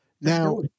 Now